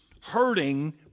hurting